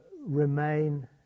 remain